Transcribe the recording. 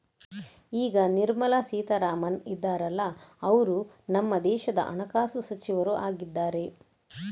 ಈಗ ನಿರ್ಮಲಾ ಸೀತಾರಾಮನ್ ಇದಾರಲ್ಲ ಅವ್ರು ನಮ್ಮ ದೇಶದ ಹಣಕಾಸು ಸಚಿವರು ಆಗಿದ್ದಾರೆ